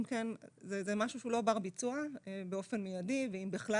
זה משהו שהוא לא בר ביצוע באופן מיידי ואם בכלל.